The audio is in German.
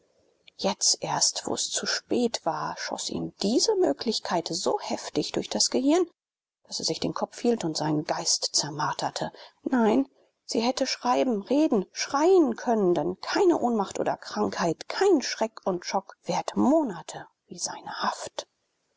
jetzt erst wo es zu spät war schoß ihm diese möglichkeit so heftig durch das gehirn daß er sich den kopf hielt und seinen geist zermarterte nein sie hätte schreiben reden schreien können denn keine ohnmacht oder krankheit kein schreck und chok währt monate wie seine haft